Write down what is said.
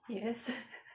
yes